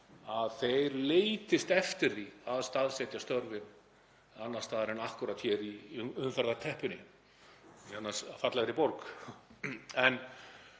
að þeir leitist eftir því að staðsetja störfin annars staðar en akkúrat hér í umferðarteppunni í annars fallegri borg.